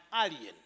alien